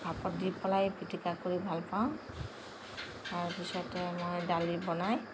ভাপত দি পেলাই পিটিকা কৰি ভাল পাওঁ তাৰপিছতে মই দালি বনাই